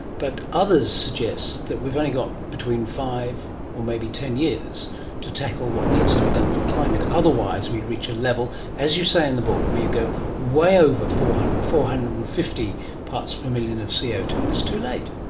but others suggest that we've only got between five maybe ten years to tackle what needs to be done for climate, otherwise we reach a level, as you say in the book, where you go way over four hundred, four hundred and fifty parts per million of co ah two and it's too late.